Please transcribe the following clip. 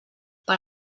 per